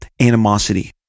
animosity